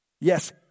Yes